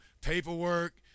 paperwork